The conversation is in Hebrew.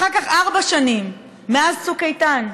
אחר כך ארבע שנים, מאז צוק איתן,